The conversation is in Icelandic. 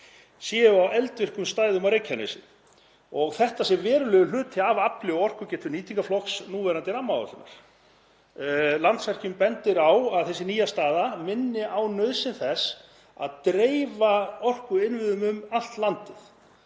séu á eldvirkum svæðum á Reykjanesi og þetta sé verulegur hluti af afli og orkugetu nýtingarflokks núverandi rammaáætlunar. Landsvirkjun bendir á að þessi nýja staða minni á nauðsyn þess að dreifa orkuinnviðum um allt landið.